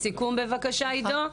עידו,